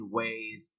ways